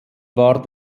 war